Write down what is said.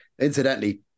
Incidentally